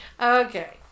okay